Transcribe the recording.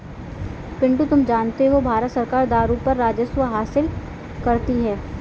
पिंटू तुम जानते हो भारत सरकार दारू पर राजस्व हासिल करती है